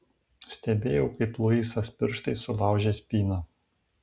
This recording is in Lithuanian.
stebėjau kaip luisas pirštais sulaužė spyną